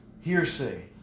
hearsay